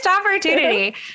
opportunity